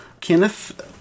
Kenneth